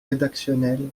rédactionnel